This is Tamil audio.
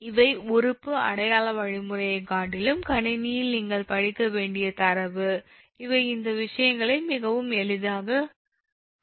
இவை உறுப்பு அடையாள வழிமுறையை காட்டிலும் கணினியில் நீங்கள் படிக்க வேண்டிய தரவு இவை இந்த விஷயங்களை மிகவும் எளிதாகக் காணலாம்